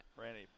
Randy